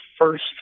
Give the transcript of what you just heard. first